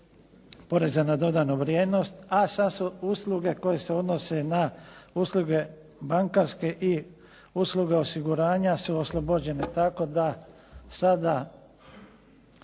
poreza na dodanu vrijednost a sada su usluge koje se odnose na usluge bankarske i usluge osiguranja su oslobođene tako da sada